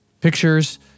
pictures